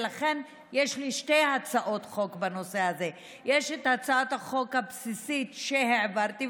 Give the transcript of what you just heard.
ולכן יש לי שתי הצעות חוק בנושא הזה: הצעת החוק הבסיסית שהעברתי,